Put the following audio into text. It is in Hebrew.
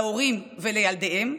להורים ולילדיהם,